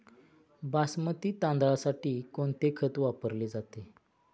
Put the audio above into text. बासमती तांदळासाठी कोणते खत वापरले जाते?